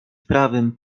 prawym